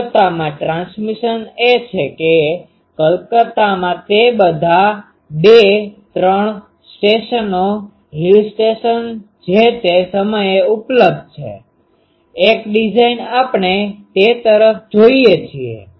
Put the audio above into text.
કલકત્તામાં transmission એ છે કે કલકત્તામાં તે બધાં બે ત્રણ સ્ટેશનો હિલ સ્ટેશન જે તે સમયે ઉપલબ્ધ છે એક ડિઝાઇન આપણે તે તરફ જોઈએ છીએ